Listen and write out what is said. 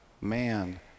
man